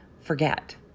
forget